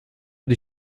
die